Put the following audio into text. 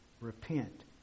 Repent